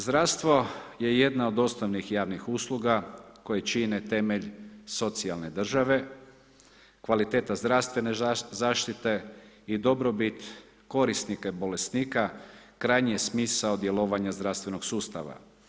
Zdravstvo je jedna od osnovnih javnih ustanova, koje čine temelj socijalne države, kvalitete zdravstvene zaštite i dobrobit korisnika i bolesnika, krajnje je smisao djelovanje zdravstvenog sustava.